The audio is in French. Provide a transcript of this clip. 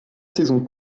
saisons